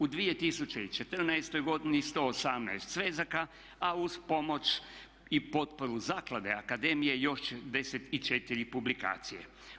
U 2014. godini 118 svezaka, a uz pomoć i potporu zaklade akademije još 64 publikacije.